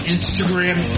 Instagram